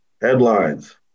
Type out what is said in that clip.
Headlines